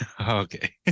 Okay